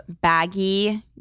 baggy